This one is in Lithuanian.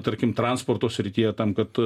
tarkim transporto srityje tam kad